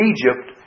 Egypt